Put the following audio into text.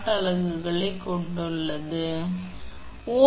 அது ஓம் அல்லது வேறு வழியில் உங்கள் VIR க்கு சமம் அதனால் நான் V மூலம் R